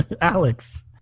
Alex